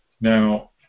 Now